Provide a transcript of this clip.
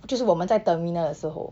就是我们在 terminal 的时候